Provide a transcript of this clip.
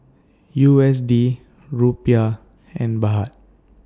U S D Rupiah and Baht